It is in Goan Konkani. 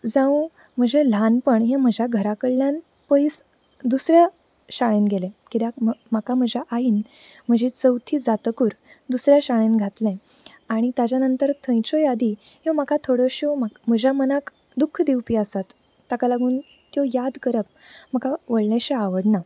जावं म्हजे ल्हानपण हें म्हज्या घरा कडल्यान पयस दुसऱ्या शाळेन गेलें कित्याक म्ह म्हाका म्हज्या आईन म्हजी चवथी जातगच दुसऱ्या शाळेन घातलें आनी ताच्या नंतर थंयच्यो यादी ह्यो म्हाका थोड्योश्यो म्हज्या मनाक दूख दिवपी आसात ताका लागून त्यो याद करप म्हाका व्हडलेंशे आवडना